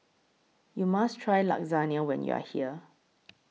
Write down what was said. YOU must Try Lasagna when YOU Are here